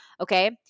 Okay